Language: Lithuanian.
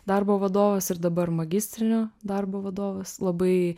darbo vadovas ir dabar magistrinio darbo vadovas labai